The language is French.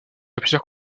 plusieurs